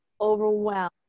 overwhelmed